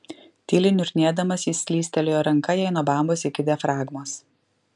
tyliai niurnėdamas jis slystelėjo ranka jai nuo bambos iki diafragmos